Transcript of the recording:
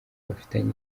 bafitanye